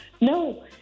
no